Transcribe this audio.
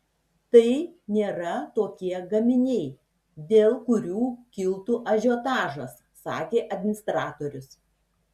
tai nėra tokie gaminiai dėl kurių kiltų ažiotažas sakė administratorius